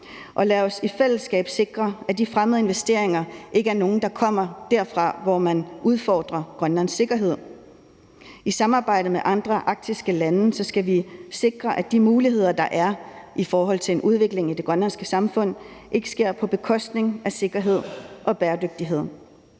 Lad os i fællesskab sikre, at de fremmede investeringer ikke er nogen, der kommer derfra, hvor man udfordrer Grønlands sikkerhed. I samarbejde med andre arktiske lande skal vi sikre, at de muligheder, der er i forhold til en udvikling i det grønlandske samfund, ikke sker på bekostning af sikkerhed og bæredygtighed.